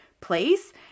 place